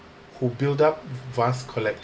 who build up vast collections